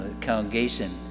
congregation